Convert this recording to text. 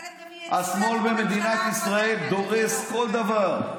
אבל הם גם, השמאל במדינת ישראל דורס כל דבר.